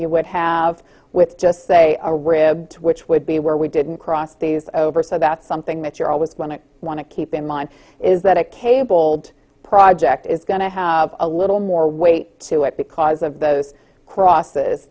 you would have with just say a rib which would be where we didn't cross these over so that's something that you're always going to want to keep in mind is that a cabled project is going to have a little more weight to it because of those crosses